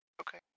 Okay